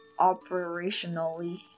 operationally